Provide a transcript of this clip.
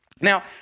Now